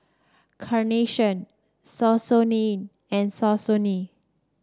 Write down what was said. Carnation Saucony and Saucony